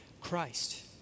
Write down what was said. Christ